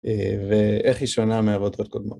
ואיך היא שונה מעבודות קודמות.